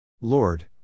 Lord